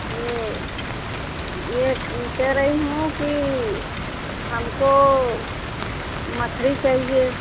यह यह कह रही हूँ कि हमको मछली चाहिए